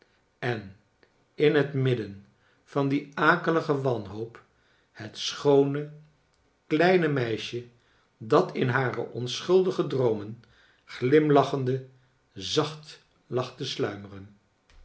en in het midden van dien akeligen warihoop het schoone kleine meisje dat in hare onschuldige droomen glimlachende zacht lag te sluimeren